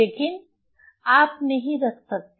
लेकिन आप नहीं आप नहीं रख सकते